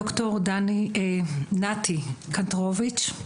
ד"ר דני נתי קנטורוביץ',